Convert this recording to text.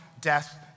death